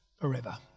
forever